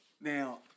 Now